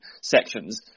sections